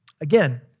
Again